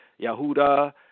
Yahuda